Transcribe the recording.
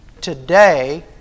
today